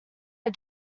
are